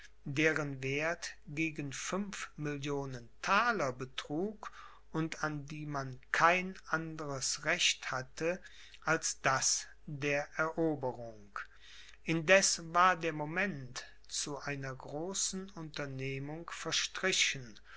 deren werth gegen fünf millionen thaler betrug und an die man kein anderes recht hatte als das der eroberung indessen war der moment zu einer großen unternehmung verstrichen